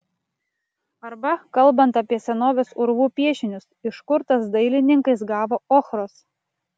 arba kalbant apie senovės urvų piešinius iš kur tas dailininkas gavo ochros